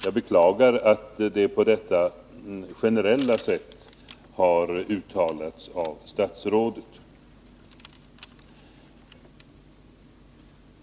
Jag beklagar att de har uttalats på detta generella sätt av statsrådet.